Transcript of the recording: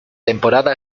temporada